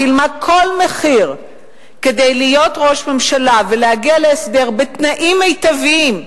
שילמה כל מחיר כדי להיות ראש ממשלה ולהגיע להסדר בתנאים מיטביים,